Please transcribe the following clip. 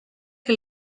que